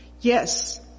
Yes